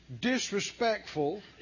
disrespectful